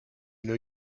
une